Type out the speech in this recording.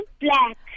black